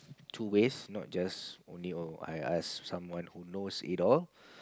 two ways not just only oh I ask someone who knows it all